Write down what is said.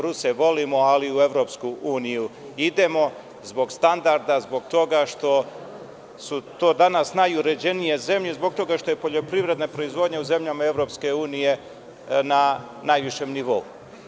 Ruse volimo, ali u EU idemo zbog standarda, zbog toga što su to danas najuređenije zemlje i zbog toga što je poljoprivredna proizvodnja u zemljama EU na najvišem nivou.